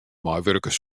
meiwurkers